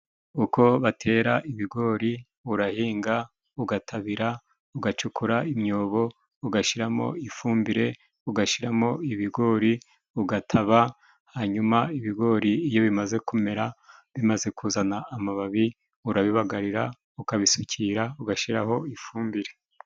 Uko batera ibigori. Urahinga, ugatabira, ugacukura imyobo, ugashyiramo ifumbire, ugashyiramo ibigori, ugataba, hanyuma ibigori iyo bimaze kumera bimaze kuzana amababi, urabibagarira, ukabisukira, ugashyiraho ifumbire.